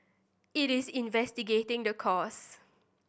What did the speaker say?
it is investigating the cause